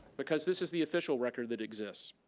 because this is the official record that exists,